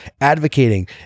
advocating